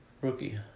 Rookie